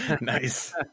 Nice